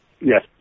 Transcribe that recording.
Yes